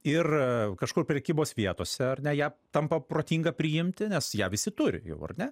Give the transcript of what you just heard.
ir kažkur prekybos vietose ar ne ją tampa protinga priimti nes ją visi turi jau ar ne